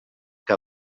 que